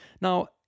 Now